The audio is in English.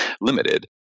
limited